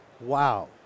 Wow